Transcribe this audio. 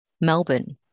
Melbourne